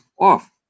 off